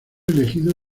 elegido